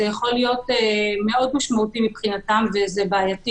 זה יכול להיות משמעותי מאוד מבחינתם ובעייתי.